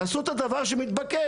תעשו את הדבר שמתבקש.